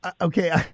okay